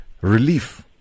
relief